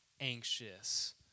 anxious